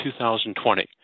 2020